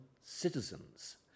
citizens